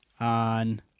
on